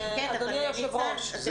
אדוני היושב-ראש.